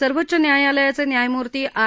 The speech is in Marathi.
सर्वोच्च न्यायालयाचे न्यायमूर्ती आर